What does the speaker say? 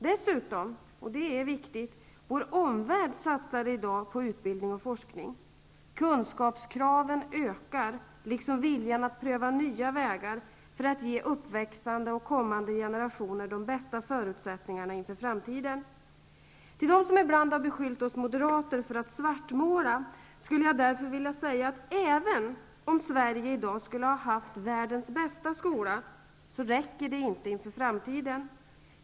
Dessutom -- och det är viktigt -- satsar vår omvärld i dag på utbildning och forskning. Kunskapskraven ökar -- liksom viljan att pröva nya vägar för att ge uppväxande och kommande generationer de bästa förutsättningarna inför framtiden. Till dem som ibland har beskyllt oss moderater för att svartmåla skulle jag därför vilja säga, att även om Sverige i dag skulle ha haft världens bästa skola så räcker det inte inför framtiden.